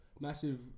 massive